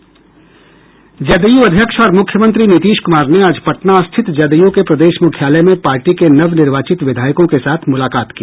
जदयू अध्यक्ष और मुख्यमंत्री नीतीश कुमार ने आज पटना स्थित जदयू के प्रदेश मुख्यालय में पार्टी के नवनिर्वाचित विधायकों के साथ मुलाकात की